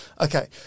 Okay